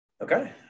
Okay